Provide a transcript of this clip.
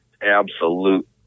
absolute